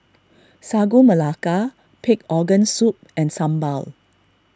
Sagu Melaka Pig Organ Soup and Sambal